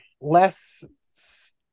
less